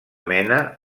mena